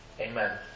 Amen